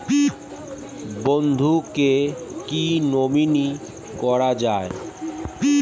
বন্ধুকে কী নমিনি করা যায়?